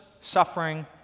suffering